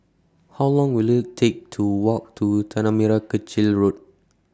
How Long Will IT Take to Walk to Tanah Merah Kechil Road